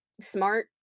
smart